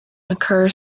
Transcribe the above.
occur